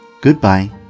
goodbye